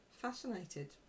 fascinated